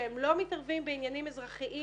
שהם לא מתערבים בעניינים אזרחיים